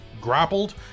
grappled